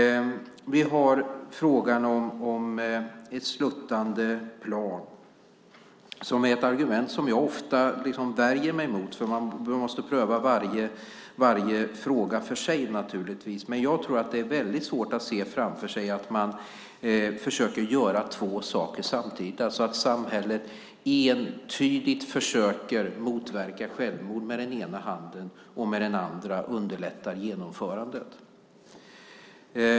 Vi har frågan om ett sluttande plan, som är ett argument som jag ofta värjer mig mot. Man måste naturligtvis pröva varje fråga för sig. Det är väldigt svårt att se framför sig att man försöker göra två saker samtidigt, alltså att samhället entydigt försöker motverka självmord med den ena handen och med den andra underlättar genomförandet.